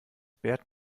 bert